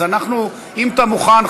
אם אתה מוכן,